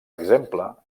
exemple